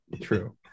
true